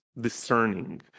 discerning